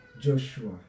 Joshua